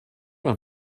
have